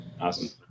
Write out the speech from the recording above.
Awesome